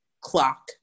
clock